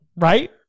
Right